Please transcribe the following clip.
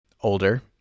older